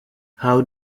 how